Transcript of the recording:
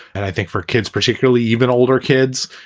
and i think for kids, particularly even older kids,